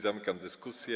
Zamykam dyskusję.